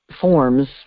forms